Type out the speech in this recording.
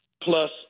Plus